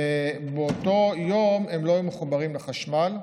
ובאותו יום הן לא היו מחוברות לחשמל.